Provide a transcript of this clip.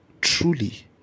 truly